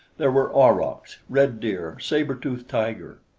there were aurochs, red deer, saber-tooth tiger,